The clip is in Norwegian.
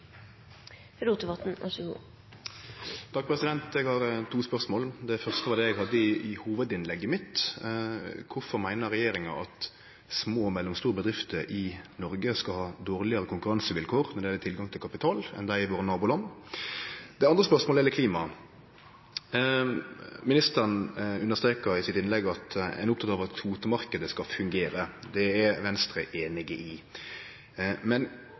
Eg har to spørsmål. Det første var det eg hadde i hovudinnlegget mitt: Kvifor meiner regjeringa at små og mellomstore bedrifter i Noreg skal ha dårlegare konkurransevilkår når det gjeld tilgang til kapital, enn dei i våre naboland? Det andre spørsmålet gjeld klima. Ministeren understreka i sitt innlegg at ein er oppteken av at kvotemarknaden skal fungere. Det er Venstre einig i. Men